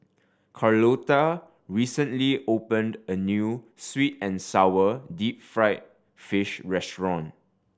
Carlotta recently opened a new sweet and sour deep fried fish restaurant